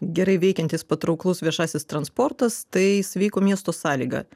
gerai veikiantis patrauklus viešasis transportas tai sveiko miesto sąlygą